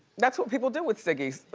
that's what people do with ciggies.